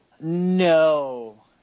no